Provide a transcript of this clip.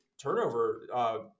turnover